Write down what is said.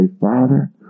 Father